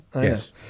Yes